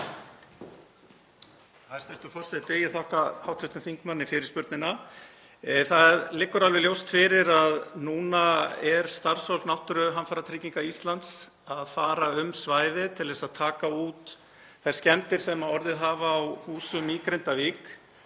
Hæstv. forseti. Ég þakka hv. þingmanni fyrirspurnina. Það liggur alveg ljóst fyrir að núna er starfsfólk Náttúruhamfaratryggingar Íslands að fara um svæðið til að taka út þær skemmdir sem orðið hafa á húsum í Grindavík.